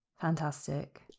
fantastic